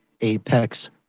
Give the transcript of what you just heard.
Apex